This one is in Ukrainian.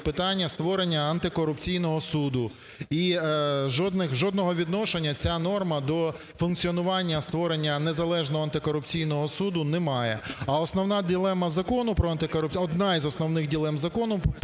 питання створення антикорупційного суду. І жодного відношення ця норма до функціонування, створення незалежного антикорупційного суду, немає. А основна дилема Закону про антикорупційний… Одна із основних дилем Закону